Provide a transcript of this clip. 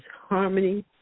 harmony